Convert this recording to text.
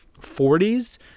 40s